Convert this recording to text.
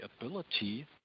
ability